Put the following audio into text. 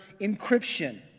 Encryption